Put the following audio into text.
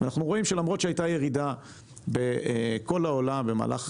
ואנחנו רואים שלמרות שהייתה ירידה בכל העולם במהלך